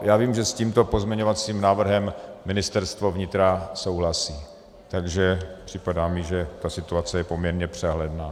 Já vím, že s tímto pozměňovacím návrhem Ministerstvo vnitra souhlasí, takže mi připadá, že situace je poměrně přehledná.